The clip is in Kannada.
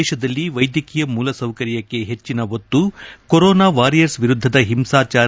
ದೇಶದಲ್ಲಿ ವೈದ್ಯಕೀಯ ಮೂಲಸೌಕರ್ಯಕ್ಕೆ ಹೆಚ್ಚಿನ ಒತ್ತು ಕೊರೋನಾ ವಾರಿಯರ್ಸ್ ವಿರುದ್ದದ ಹಿಂಸಾಚಾರ